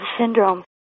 syndrome